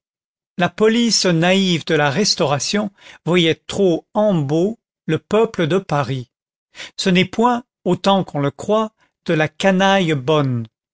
la police naïve de la restauration voyait trop en beau le peuple de paris ce n'est point autant qu'on le croit de la canaille bonne